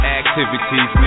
activities